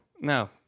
No